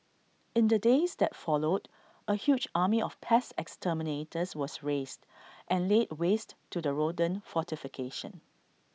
in the days that followed A huge army of pest exterminators was raised and laid waste to the rodent fortification